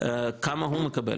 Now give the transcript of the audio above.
כמה הוא מקבל